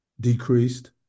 decreased